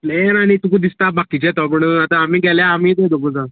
plan आनी तुका दिसता बाकीचे येत म्हूण आतां गेल्या आमी ते दोगू जाण